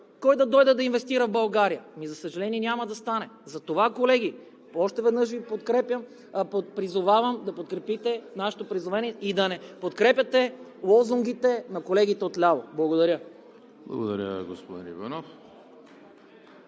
Кой да дойде да инвестира в България? За съжаление няма да стане. Затова, колеги, още веднъж Ви призовавам да подкрепите нашето предложение и да не подкрепяте лозунгите на колегите отляво. Благодаря. (Единични